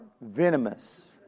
venomous